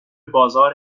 بازار